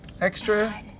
extra